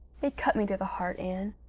it cut me to the heart, anne.